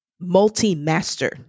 multi-master